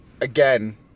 Again